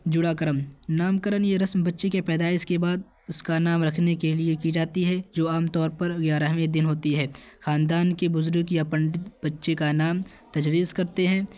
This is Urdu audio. جڑا کرم نام کرن یہ رسم بچے کے پیدائش کے بعد اس کا نام رکھنے کے لیے کی جاتی ہے جو عام طور پر گیارہویں دن ہوتی ہے خاندان کے بزرگ یا پنڈت بچے کا نام تجویز کرتے ہیں